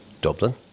Dublin